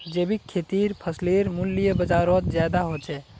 जैविक खेतीर फसलेर मूल्य बजारोत ज्यादा होचे